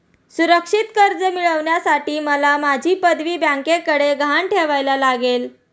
सुरक्षित कर्ज मिळवण्यासाठी मला माझी पदवी बँकेकडे गहाण ठेवायला लागेल